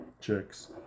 chicks